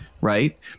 right